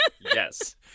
Yes